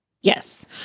Yes